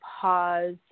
pause